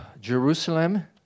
Jerusalem